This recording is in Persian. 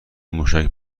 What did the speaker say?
موشک